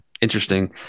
interesting